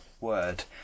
word